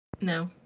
No